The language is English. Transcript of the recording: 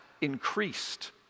increased